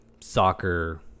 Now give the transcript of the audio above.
soccer